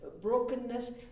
brokenness